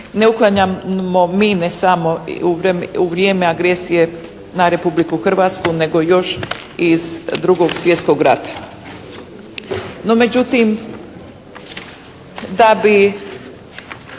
ne uklanjamo mine samo u vrijeme agresije na Republiku Hrvatsku, nego još iz II. svjetskog rata. No, međutim da bi